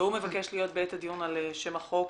והוא מבקש להיות בעת הדיון על שם החוק,